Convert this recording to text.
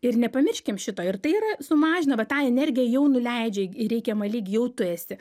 ir nepamirškim šito ir tai yra sumažina va tą energiją jau nuleidžia į reikiamą lygį jau tu esi